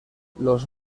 los